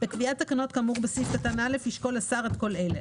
בקביעת תקנות כאמור בסעיף קטן (א) ישקול השר את כל אלה: